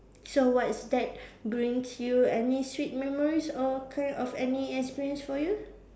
so what's that brings you any sweet memories or kind of any experience for you